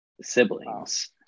siblings